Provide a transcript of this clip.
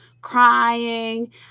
crying